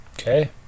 Okay